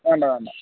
വേണ്ട വേണ്ട